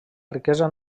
riquesa